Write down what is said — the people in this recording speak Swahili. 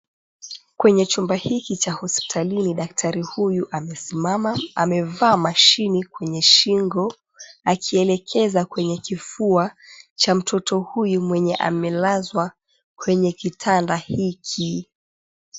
Kwenye chumba hiki cha hospitalini daktari huyu amesimama. Amevaa mashine kwenye shingo akielekeza kwenye kifua cha mtoto huyu mwenye amelazwa kwenye kitanda hiki.